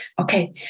Okay